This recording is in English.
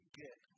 get